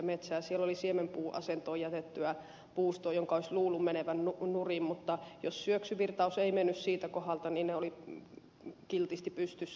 siellä oli siemenpuuasentoon jätettyä puustoa jonka olisi luullut menevän nurin mutta jos syöksyvirtaus ei mennyt siltä kohdalta niin ne olivat kiltisti pystyssä